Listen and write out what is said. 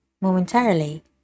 Momentarily